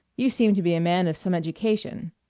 you seem to be a man of some education,